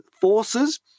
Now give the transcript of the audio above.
forces